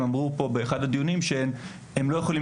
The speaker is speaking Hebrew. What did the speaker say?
הם אמרו פה באחד הדיונים שהם לא יכולים